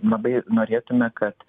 labai norėtume kad